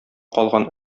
калган